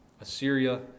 Assyria